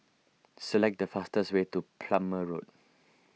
select the fastest way to Plumer Road